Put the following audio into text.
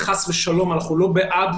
וחס ושלום אנחנו לא בעד